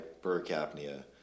Hypercapnia